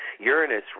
Uranus